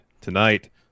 tonight